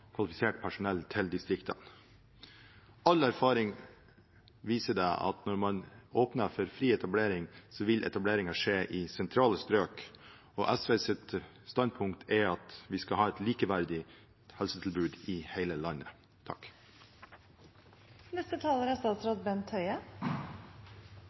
kvalifisert personell til distriktene. All erfaring viser at når man åpner for fri etablering, skjer etableringen i sentrale strøk, og SVs standpunkt er at vi skal ha et likeverdig helsetilbud i hele landet.